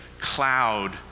cloud